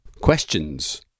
Questions